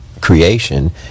creation